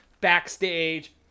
backstage